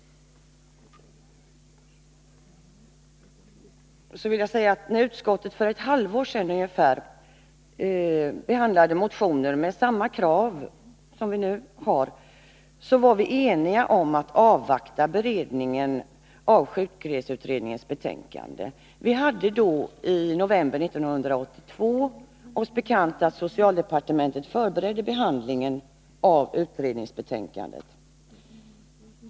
När utskottet för ungefär ett halvår sedan behandlade motioner med samma krav som de vi har att ta ställning till nu, var vi eniga om att avvakta beredningen av sjukreseutredningens betänkande. Vi hade oss bekant i november 1982 att socialdepartementet förberedde en behandling av utredningens betänkande.